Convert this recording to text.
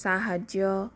ସାହାଯ୍ୟ